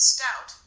Stout